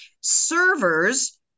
Servers